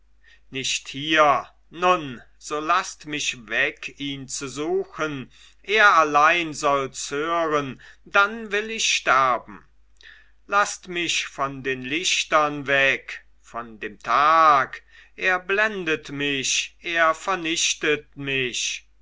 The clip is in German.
nicht hier nun so laßt mich weg ihn zu suchen er allein soll's hören dann will ich sterben laßt mich von den lichtern weg von dem tag er blendet mich er vernichtet mich